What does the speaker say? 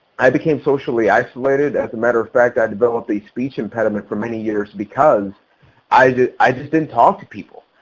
i became socially isolated. as a matter of fact i developed a speech impediment for many years because i i just didn't talk to people.